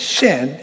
sin